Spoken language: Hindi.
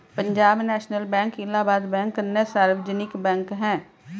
Punjab National Bank Allahabad bank अन्य सार्वजनिक बैंक है